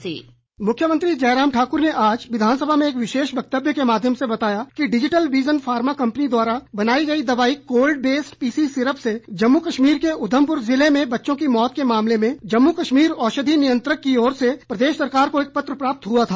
dispatch मुख्यमंत्री जयराम ठाकुर ने आज विधानसभा में एक विशेष व्यक्तव्य के माध्यम से बताया कि डिजिटल विजन फार्मा कंपनी द्वारा बनाई गई दवाई कोल्ड बेस्ट पीसी सिरप से जम्मू कश्मीर के उधमपुर जिले में बच्चों की मौत के मामले में जम्मू कश्मीर औषधि नियंत्रक की ओर से प्रदेश सरकार को एक पत्र प्राप्त हआ था